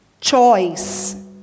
Choice